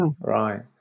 right